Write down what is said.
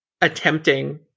attempting